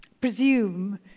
presume